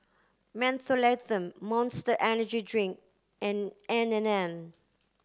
Mentholatum Monster Energy Drink and N and N